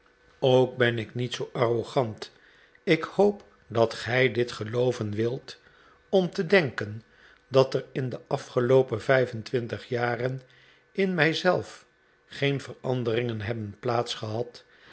ook ben ik niet zoo arrogant ik hoop dat gij dit gelooven wilt om te denken dat er in de afgeloopen vijf en twintig jaren in mij zelf geen veranderingen hebben